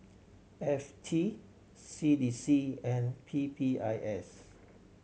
F T C D C and P P I S